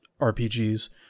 RPGs